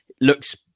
looks